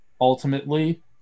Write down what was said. ultimately